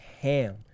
ham